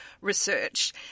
research